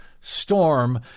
storm